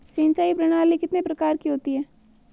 सिंचाई प्रणाली कितने प्रकार की होती है?